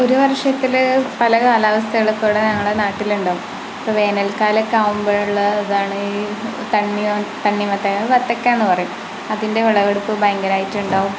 ഒരു വർഷത്തിൽ പല കാലാവസ്ഥകളൊക്കെ ഇവിടെ ഞങ്ങളെ നാട്ടിൽ ഉണ്ടാവും അപ്പോൾ വേനൽകാലമൊക്കെ ആവുമ്പോഴുള്ള ഇതാണ് തണ്ണിമത്തൻ വത്തക്ക എന്ന് പറയും അതിൻ്റെ വിളവെടുപ്പ് ഭയങ്കരമായിട്ട് ഉണ്ടാവും